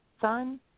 son